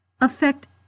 affect